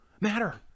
matter